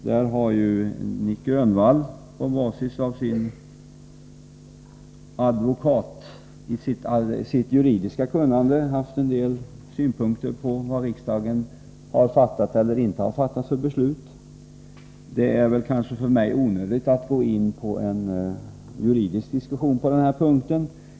Där har Nic Grönvall, på basis av sitt juridiska kunnande, haft en del synpunkter på vilka beslut riksdagen har fattat eller inte fattat. Det är för mig onödigt att gå in på en juridisk diskussion på denna punkt.